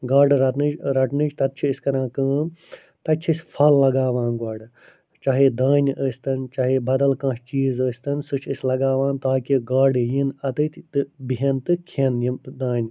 گاڈٕ رَتنٕچ رَٹنٕچ تتہ چھِ أسۍ کران کٲم تتہِ چھِ أسۍ پھل لَگاوان گۄڈٕ چاہے دانہِ ٲسۍ تَن چاہے بَدَل کانٛہہ چیٖز ٲسۍ تَن سُہ چھِ أسۍ لَگاوان تاکہ گاڈٕ یِیِن اَتیٚتھ تہٕ بہن تہٕ کھیٚن یِم دانہٕ